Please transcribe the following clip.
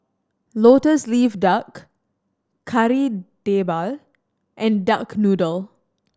Lotus Leaf Duck Kari Debal and duck noodle